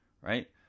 Right